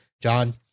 John